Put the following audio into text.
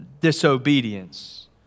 disobedience